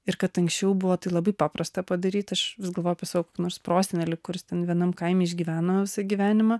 ir kad anksčiau buvo tai labai paprasta padaryt aš vis galvoju apie savo kokį nors prosenelį kuris ten vienam kaime išgyveno gyvenimą